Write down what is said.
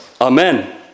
Amen